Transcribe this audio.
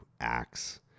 Acts